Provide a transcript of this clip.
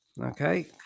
okay